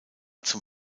zum